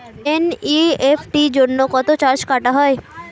NEFT জন্য কত charge কাটা হয়?